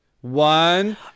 One